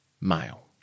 male